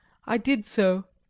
i did so,